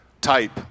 type